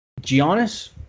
Giannis